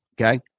Okay